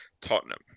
Tottenham